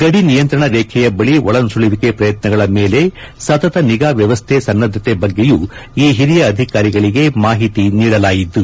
ಗದಿ ನಿಯಂತ್ರಣರೇಖೆಯ ಬಳಿ ಒಳನುಸುಳುವಿಕೆ ಪ್ರಯತ್ನಗಳ ಮೇಲೆ ಸತತ ನಿಗಾ ವ್ಯವಸ್ದೆ ಸನ್ನದ್ದತೆ ಬಗ್ಗೆಯೂ ಈ ಹಿರಿಯ ಅಧಿಕಾರಿಗಳಿಗೆ ಮಾಹಿತಿ ನೀಡಲಾಯಿತು